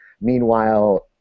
Meanwhile